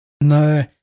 No